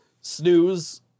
snooze